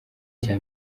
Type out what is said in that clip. cya